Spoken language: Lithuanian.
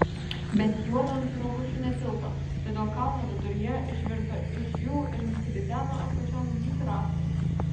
bet juodu ant rogučių netilpo todėl kalno viduryje išvirto iš jų ir nusirideno apačion lyg rąstai